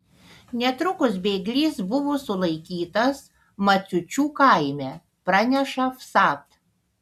netrukus bėglys buvo sulaikytas maciučių kaime praneša vsat